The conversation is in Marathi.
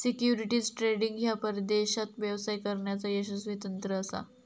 सिक्युरिटीज ट्रेडिंग ह्या परदेशात व्यवसाय करण्याचा यशस्वी तंत्र असा